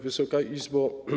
Wysoka Izbo!